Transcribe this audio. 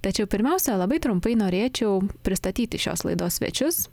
tačiau pirmiausia labai trumpai norėčiau pristatyti šios laidos svečius